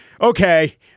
Okay